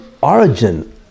origin